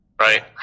Right